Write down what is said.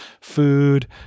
food